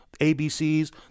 ABCs